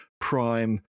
prime